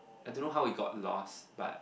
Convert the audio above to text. I don't know how we got lost but